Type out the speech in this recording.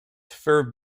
for